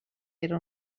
era